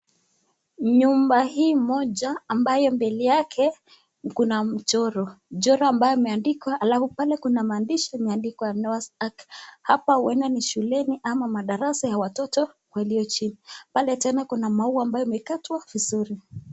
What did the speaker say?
Nyumba hii moja ambayo mbele yake kuna mchoro , mchoro ambayo imeandikwa alafu pale kuna maandishi imeandikwa Noah's Ark ,hapa huenda ni shuleni ama ni madarasa ya watoto walio chini, Pale tena kuna maua ambayo imekatwa vizuri.